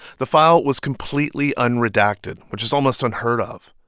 the file was completely unredacted, which is almost unheard of.